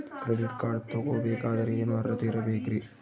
Credit card ತೊಗೋ ಬೇಕಾದರೆ ಏನು ಅರ್ಹತೆ ಇರಬೇಕ್ರಿ?